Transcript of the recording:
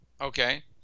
okay